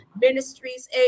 Ministries